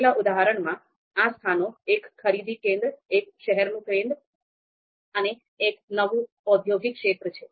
આપેલ ઉદાહરણમાં આ સ્થાનો એક ખરીદી કેન્દ્ર એક શહેરનું કેન્દ્ર અને એક નવું ઔદ્યોગિક ક્ષેત્ર છે